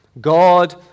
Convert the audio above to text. God